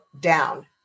down